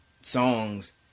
songs